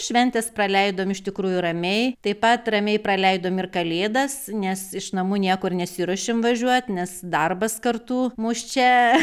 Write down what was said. šventes praleidom iš tikrųjų ramiai taip pat ramiai praleidom ir kalėdas nes iš namų niekur nesiruošėm važiuot nes darbas kartu mus čia